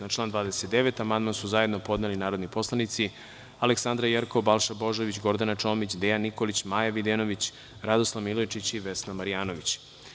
Na član 29. amandman su zajedno podneli narodni poslanici Aleksandra Jerkov, Balša Božović, Gordana Čomić, Dejan Nikolić, Maja Videnović, Radoslav Milojičić i Vesna Marjanović.